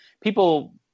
people